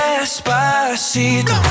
Despacito